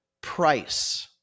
price